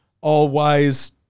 all-wise